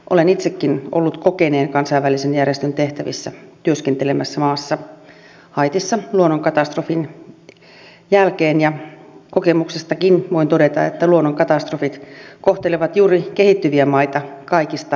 olen itsekin ollut kokeneen kansainvälisen järjestön tehtävissä työskentelemässä maassa haitissa luonnonkatastrofin jälkeen ja kokemuksestakin voin todeta että luonnonkatastrofit kohtelevat juuri kehittyviä maita kaikista pahiten